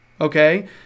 okay